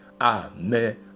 amen